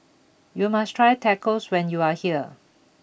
you must try Tacos when you are here